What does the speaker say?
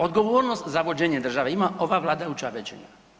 Odgovornost za vođenje države ima ova vladajuća većina.